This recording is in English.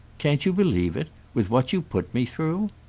can't you believe it with what you put me through?